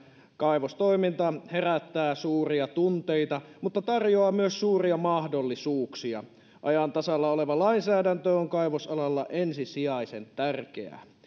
kaivostoiminta herättää suuria tunteita mutta tarjoaa myös suuria mahdollisuuksia ajan tasalla oleva lainsäädäntö on kaivosalalla ensisijaisen tärkeää